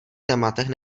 tématech